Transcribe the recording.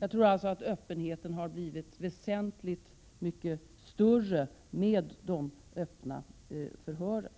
Jag tror alltså att öppenheten har blivit väsentligt mycket större med de öppna förhören.